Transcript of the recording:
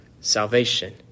salvation